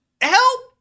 Help